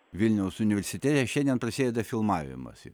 vilniaus universitete šiandien prasideda filmavimas